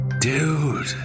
Dude